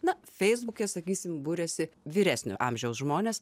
na feisbuke sakysim buriasi vyresnio amžiaus žmonės